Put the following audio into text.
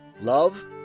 love